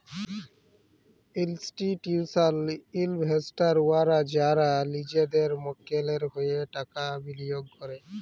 institutional investors উয়ারা যারা লিজেদের মক্কেলের হঁয়ে টাকা বিলিয়গ ক্যরে